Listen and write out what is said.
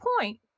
point